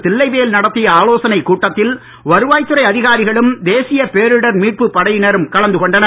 தில்லைவேல் நடத்திய ஆலோசனைக் கூட்டத்தில் வருவாய் துறை அதிகாரிகளும் தேசிய பேரிடர் மீட்புப் படையினரும் கலந்துகொண்டனர்